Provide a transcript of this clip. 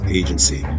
agency